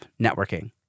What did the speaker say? networking